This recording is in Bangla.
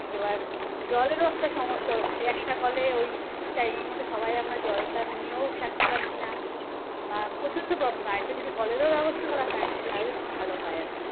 এবার জলেরও একটা সমস্যা হচ্ছে একটা কলে ওই একটুকুনই টাইমের মধ্যে সবাই আমরা জলটা নিয়েও সারতে পারছি না বা প্রচণ্ড প্রব্লেম আর একটা যদি কলেরও ব্যবস্থা করা হয় তাহলে খুব ভালো হয় আর কি